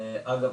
אגב,